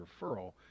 referral